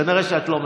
כנראה שאת לא מבינה.